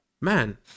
Man